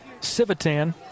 Civitan